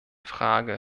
frage